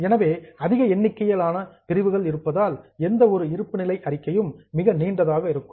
எனவே அதிக எண்ணிக்கையிலான பிரிவுகள் இருப்பதால் எந்த ஒரு இருப்புநிலை அறிக்கையும் மிக நீண்டதாக இருக்கும்